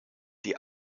die